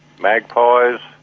magpies,